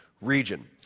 region